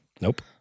Nope